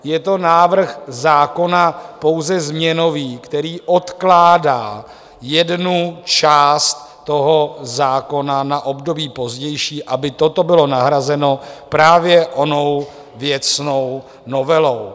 Je to návrh zákona pouze změnový, který odkládá jednu část zákona na období pozdější, aby toto bylo nahrazeno právě onou věcnou novelou.